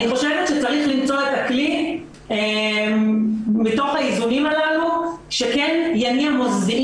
אני חושבת שצריך למצוא את הכלי מתוך האיזונים הללו שכן יניע מוסדיים